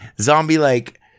zombie-like